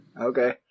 Okay